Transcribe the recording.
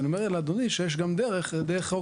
יש גם את הדרך שהצעתי.